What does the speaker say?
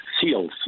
seals